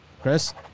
Chris